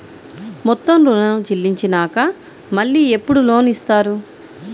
మొత్తం ఋణం చెల్లించినాక మళ్ళీ ఎప్పుడు లోన్ ఇస్తారు?